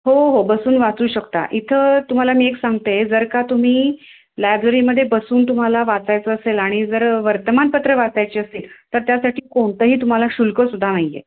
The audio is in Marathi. हो हो बसून वाचू शकता इथं तुम्हाला मी एक सांगते जर का तुम्ही लायब्ररीमध्ये बसून तुम्हाला वाचायचं असेल आणि जर वर्तमानपत्र वाचायची असतील तर त्यासाठी कोणतंही तुम्हाला शुल्कसुद्धा नाही आहे